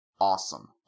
awesome